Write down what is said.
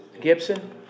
Gibson